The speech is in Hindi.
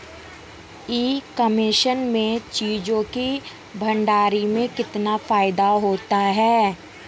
ई कॉमर्स में चीज़ों के भंडारण में कितना फायदा होता है?